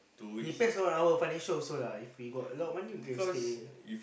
depends on our financial also lah if we got a lot money we can stay